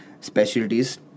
specialties